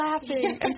laughing